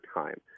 time